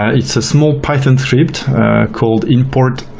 ah it's a small python script called import